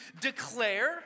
declare